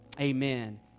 Amen